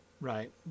right